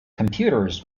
computers